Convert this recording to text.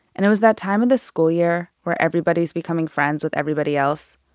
and it was that time of the school year where everybody's becoming friends with everybody else,